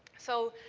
so,